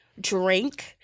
drink